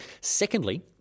secondly